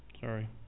Sorry